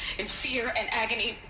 in fear and agony.